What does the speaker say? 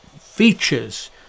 features